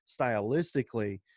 stylistically